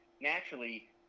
naturally